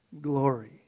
glory